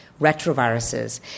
retroviruses